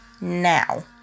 now